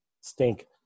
stink